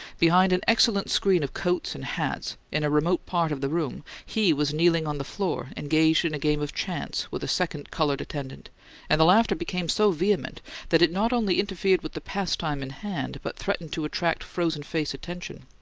behind an excellent screen of coats and hats, in a remote part of the room, he was kneeling on the floor, engaged in a game of chance with a second coloured attendant and the laughter became so vehement that it not only interfered with the pastime in hand, but threatened to attract frozen-face attention.